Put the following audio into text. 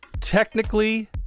Technically